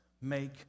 make